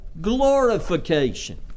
glorification